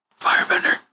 Firebender